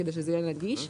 כדי שזה יהיה נגיש.